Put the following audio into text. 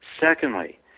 Secondly